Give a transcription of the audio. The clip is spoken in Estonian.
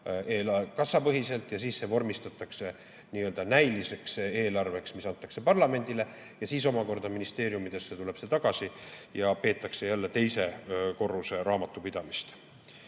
n-ö kassapõhiselt, ja see vormistatakse näiliseks eelarveks, mis antakse parlamendile, ja siis omakorda ministeeriumidesse tuleb see tagasi ja peetakse jälle teise korruse raamatupidamist.